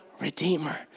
redeemer